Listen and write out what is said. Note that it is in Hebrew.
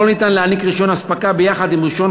לא ניתן להעניק רישיון אספקה יחד עם רישיון